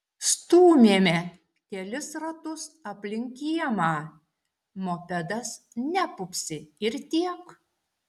stūmėme kelis ratus aplink kiemą mopedas nepupsi ir tiek